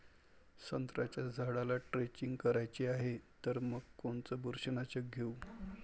संत्र्याच्या झाडाला द्रेंचींग करायची हाये तर मग कोनच बुरशीनाशक घेऊ?